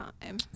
time